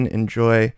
enjoy